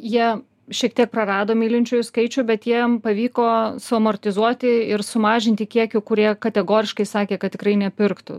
jie šiek tiek prarado mylinčiųjų skaičių bet jiem pavyko suamortizuoti ir sumažinti kiekiu kurie kategoriškai sakė kad tikrai nepirktų